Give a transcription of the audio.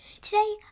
Today